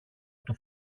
του